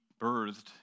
birthed